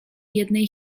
jednej